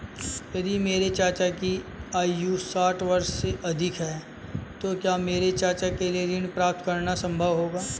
यदि मेरे चाचा की आयु साठ वर्ष से अधिक है तो क्या मेरे चाचा के लिए ऋण प्राप्त करना संभव होगा?